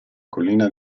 collina